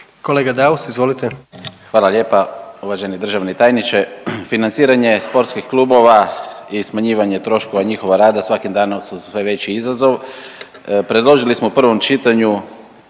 **Daus, Emil (IDS)** Hvala lijepa. Uvaženi državni tajniče, financiranje sportskih klubova i smanjivanje troškova njihova rada svakim danom su sve veći izazov. Predložili smo u prvom čitanju